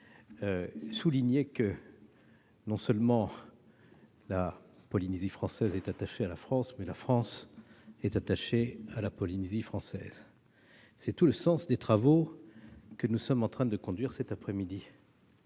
tour : non seulement la Polynésie française est attachée à la France, mais la France est attachée à la Polynésie française. C'est tout le sens des travaux que nous conduisons cet après-midi,